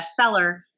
bestseller